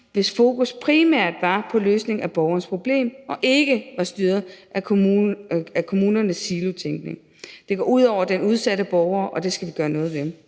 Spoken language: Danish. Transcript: hvis fokus primært var på løsning af borgerens problem og ikke var styret af kommunernes silotænkning. Det går ud over den udsatte borger, og det skal vi gøre noget ved.